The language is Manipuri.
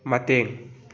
ꯃꯇꯦꯡ